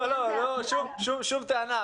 שום טענה,